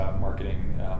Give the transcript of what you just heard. marketing